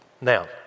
Now